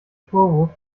vorwurf